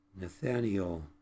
Nathaniel